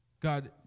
God